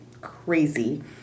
crazy